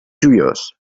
joiós